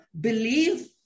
believe